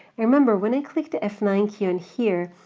remember, when i clicked the f nine key on here,